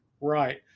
right